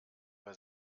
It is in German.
bei